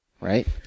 Right